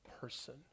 person